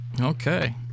Okay